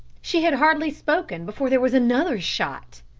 she had hardly spoken before there was another shot.